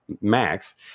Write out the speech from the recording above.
Max